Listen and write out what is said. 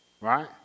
Right